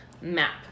map